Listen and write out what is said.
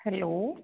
hello